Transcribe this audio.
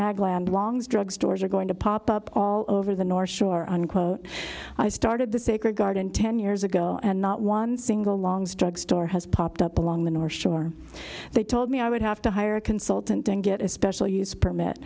land long's drug stores are going to pop up all over the north shore unquote i started the sacred garden ten years ago and not one single long's drug store has popped up along the north shore they told me i would have to hire a consultant and get a special use permit